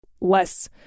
less